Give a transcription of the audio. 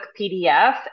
pdf